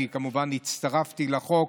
אני כמובן הצטרפתי לחוק,